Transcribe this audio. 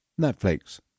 Netflix